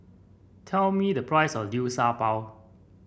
tell me the price of Liu Sha Bao